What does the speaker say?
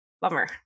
Bummer